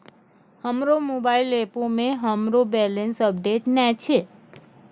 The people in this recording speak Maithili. हमरो मोबाइल एपो मे हमरो बैलेंस अपडेट नै छै